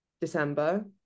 december